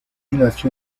nació